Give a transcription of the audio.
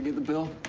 the the bill?